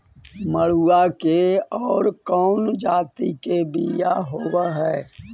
मडूया के और कौनो जाति के बियाह होव हैं?